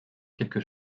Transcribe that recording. quelque